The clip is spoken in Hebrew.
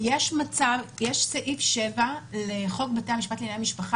יש את סעיף 7 לחוק בתי המשפט לענייני משפחה